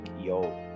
yo